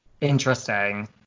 Interesting